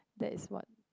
that is what